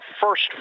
first